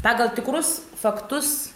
pagal tikrus faktus